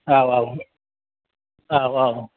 औ औ औ औ